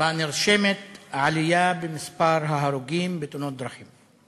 שנרשמת עלייה במספר ההרוגים בתאונות דרכים.